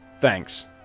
Thanks